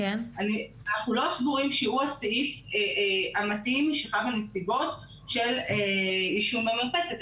אנחנו לא סגורים שהוא הסעיף המתאים לנסיבות של עישון במרפסת,